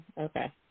Okay